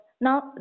now